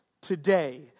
Today